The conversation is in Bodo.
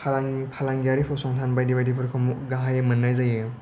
फा फालांगियारि फसंथान बायदि बायदिफोरखौ गाहायै मोननाय जायो